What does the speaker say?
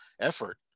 effort